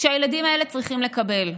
שהילדים האלה צריכים לקבל.